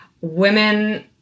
Women